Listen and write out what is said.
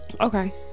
Okay